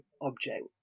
object